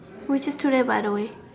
which is today by the way